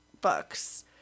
books